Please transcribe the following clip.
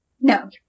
No